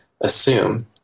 assume